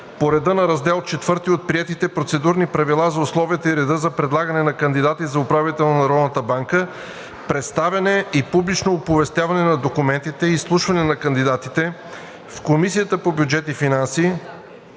по реда на Раздел IV от приетите процедурни правила за условията и реда за предлагане на кандидати за управител на Българската народна банка, представяне и публично оповестяване на документите и изслушването на кандидатите в Комисията по бюджет и финанси,